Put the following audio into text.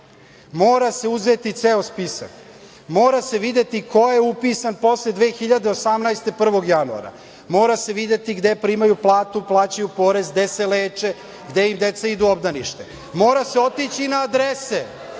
Mora se uzeti ceo spisak. Mora se videti ko je upisan posle 2018. godine 1. januara. Mora se videti gde primaju platu, plaćaju porez, gde se leče, gde im deca idu u obdanište. Mora se otići i na adrese,